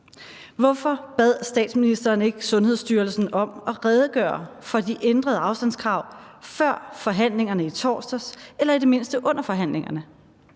Hvorfor bad statsministeren ikke Sundhedsstyrelsen om at redegøre for de ændrede afstandskrav før forhandlingerne i torsdags eller i det mindste under forhandlingerne?